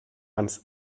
ans